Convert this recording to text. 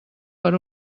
per